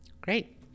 great